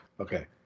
Okay